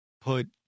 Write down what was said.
put